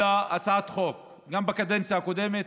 שהובילה הצעת חוק, גם בקדנציה הקודמת